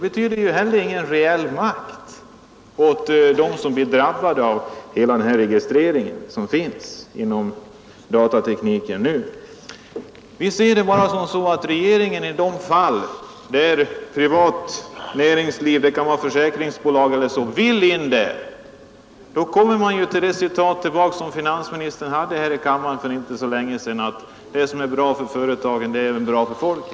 Det innebär ingen reell makt för dem som blir drabbade av registreringen inom datatekniken. Dessutom anser ju finansministern, enligt vad han sade här i kammaren för inte så länge sedan, att det som är bra för företagen också är bra för folket — det bör man ha i minnet när man skall ta ställning till frågan om regeringen skall fatta avgörandet när privat näringsliv, t.ex. ett försäkringsbolag, vill utnyttja de informationer som datatekniken erbjuder.